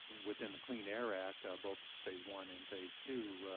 within the clean air act, ah both phase one and phase two,